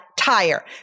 Tire